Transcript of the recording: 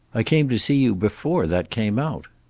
i came to see you before that came out.